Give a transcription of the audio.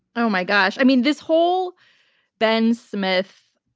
oh, my gosh. i mean, this whole ben smith,